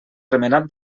remenat